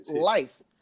life